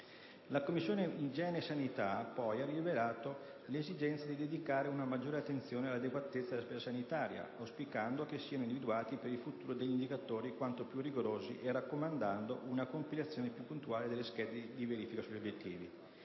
La Commissione igiene e sanità ha rilevato poi l'esigenza di dedicare una maggiore attenzione all'adeguatezza della spesa sanitaria, auspicando che siano individuati per il futuro degli indicatori quanto più rigorosi e raccomandando una compilazione più puntuale delle schede di verifica sugli obiettivi.